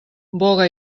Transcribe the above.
boga